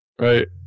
Right